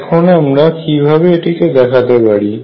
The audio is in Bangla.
এখন আমরা কিভাবে এটিকে দেখাতে পারি